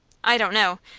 i don't know.